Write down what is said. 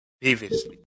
previously